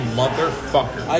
motherfucker